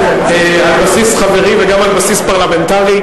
על בסיס חברי וגם על בסיס פרלמנטרי,